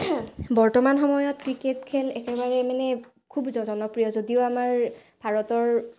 বৰ্তমান সময়ত ক্ৰিকেট খেল একেবাৰে মানে খুব জনপ্ৰিয় যদিও আমাৰ ভাৰতৰ